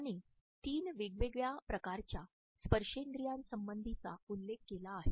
त्याने तीन वेगवेगळ्या प्रकारच्या स्पर्शेंद्रियासंबंधीचा उल्लेख केला आहे